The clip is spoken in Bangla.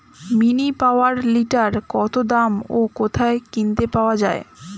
মিনি পাওয়ার টিলার কত দাম ও কোথায় কিনতে পাওয়া যায়?